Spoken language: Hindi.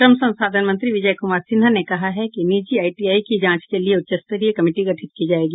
श्रम संसाधन मंत्री विजय कुमार सिन्हा ने कहा है कि निजी आईटीआई की जांच के लिये उच्च स्तरीय कमिटी गठित की जायेगी